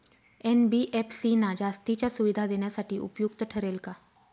NBFC ना जास्तीच्या सुविधा देण्यासाठी उपयुक्त ठरेल का?